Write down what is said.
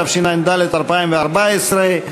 התשע"ד 2014,